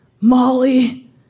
Molly